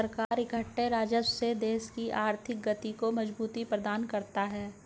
सरकार इकट्ठे राजस्व से देश की आर्थिक गति को मजबूती प्रदान करता है